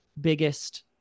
biggest